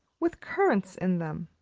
with currants in them.